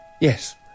Yes